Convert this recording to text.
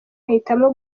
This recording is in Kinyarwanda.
ahitamo